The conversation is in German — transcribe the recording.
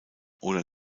oder